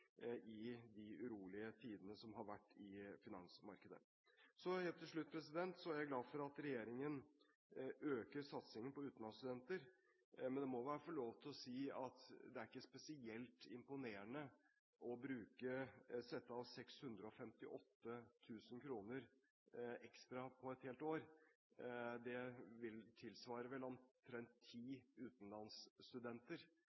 i de urolige tidene som har vært i finansmarkedet. Til slutt vil jeg si at jeg er glad for at regjeringen øker satsingen på utenlandsstudenter, men det må være lov å si at det ikke er spesielt imponerende å sette av 658 000 kr ekstra på et helt år. Det tilsvarer vel omtrent